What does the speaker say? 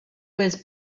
was